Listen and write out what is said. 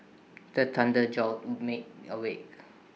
the thunder jolt me awake